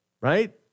right